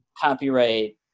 Copyright